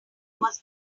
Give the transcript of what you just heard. was